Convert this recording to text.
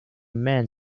man